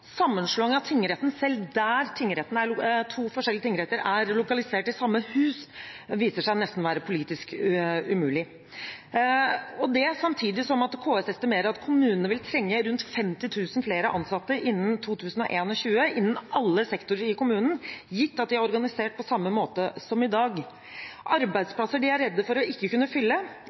Sammenslåing av tingretten, selv der to forskjellige tingretter er lokalisert i samme hus, viser seg nesten å være politisk umulig – og det samtidig som KS estimerer at kommunene vil trenge rundt 50 000 flere ansatte innen 2021, innen alle sektorer i kommunen, gitt at de er organisert på samme måte som i dag. Det er arbeidsplasser de er redde for ikke å kunne fylle,